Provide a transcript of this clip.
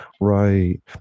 Right